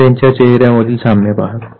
पुन्हा त्यांच्या चेहऱ्यांमधील साम्य पहा